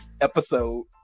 episode